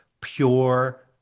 pure